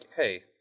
hey